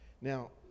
now